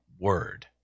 Word